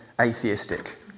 atheistic